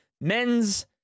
Men's